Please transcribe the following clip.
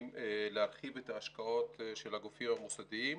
להרחיב את השקעות של הגופים המוסדיים,